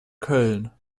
köln